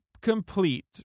complete